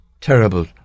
terrible